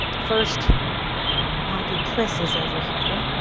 first i'll do chris's over here.